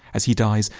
as he dies,